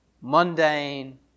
mundane